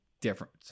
difference